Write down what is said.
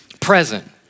present